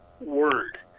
word